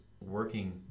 working